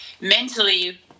mentally